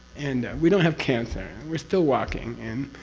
and we don't have cancer, we're still walking and.